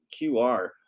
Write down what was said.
QR